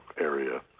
area